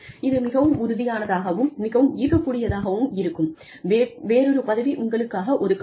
இது மிகவும் உறுதியானதாகவும் மிகவும் ஈர்க்கக்கூடியதாக இருக்கும் வேறொரு பதவி உங்களுக்காக ஒதுக்கப்படும்